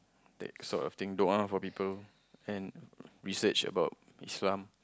that sort of thing doa for people and research about Islam